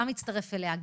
גם הצטרף אליה,